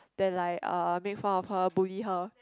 then like uh make fun of her bully her